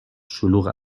شلوغ